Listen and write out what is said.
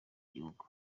gihugu